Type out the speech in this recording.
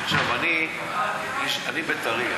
אני בית"רי,